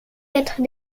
être